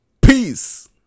Peace